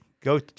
Go